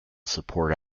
support